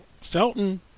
Felton